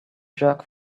jerk